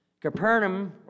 Capernaum